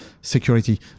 security